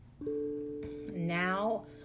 Now